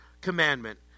commandment